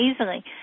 easily